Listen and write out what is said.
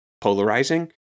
polarizing